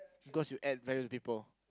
because you add value to people